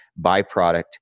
byproduct